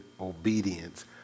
obedience